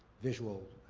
visual